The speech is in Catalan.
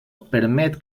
permet